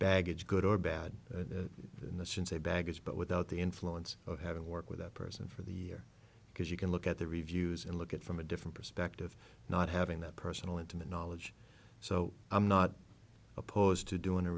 baggage good or bad in the sense a baggage but without the influence of having to work with that person for the year because you can look at the reviews and look at from a different perspective not having that personal intimate knowledge so i'm not opposed to doing a